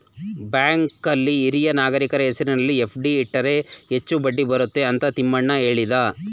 ಬ್ಯಾಂಕಲ್ಲಿ ಹಿರಿಯ ನಾಗರಿಕರ ಹೆಸರಿನಲ್ಲಿ ಎಫ್.ಡಿ ಇಟ್ಟರೆ ಹೆಚ್ಚು ಬಡ್ಡಿ ಬರುತ್ತದೆ ಅಂತ ತಿಮ್ಮಣ್ಣ ಹೇಳಿದ